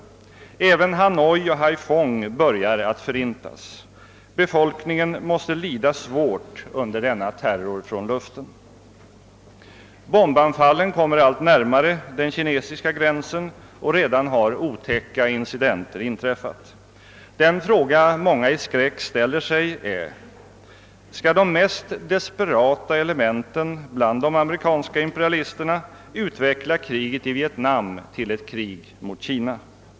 Även Hanoi och Haiphong håller på att förintas. Befolkningen måste lida svårt under denna terror från luften. Bombanfallen kommer allt närmare den kinesiska gränsen, och redan har otäcka incidenter inträffat. Den fråga många i skräck ställer sig är: Skall de mest desperata elementen bland de amerikanska imperalisterna utveckla kriget i Vietnam till ett krig mot Kina?